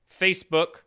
Facebook